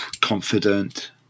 confident